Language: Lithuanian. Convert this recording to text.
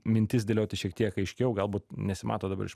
mintis dėlioti šiek tiek aiškiau galbūt nesimato dabar iš